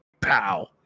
Pow